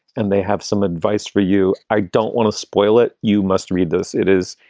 and they have some advice for you. i don't want to spoil it. you must read this. it is